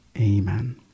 Amen